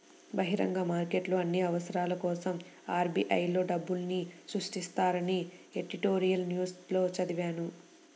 బహిరంగ మార్కెట్లో అన్ని అవసరాల కోసరం ఆర్.బి.ఐ లో డబ్బుల్ని సృష్టిస్తారని ఎడిటోరియల్ న్యూస్ లో చదివాను